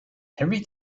every